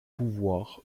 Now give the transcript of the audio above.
pouvoir